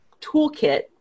Toolkit